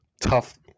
Tough